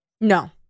no